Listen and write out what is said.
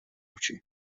oči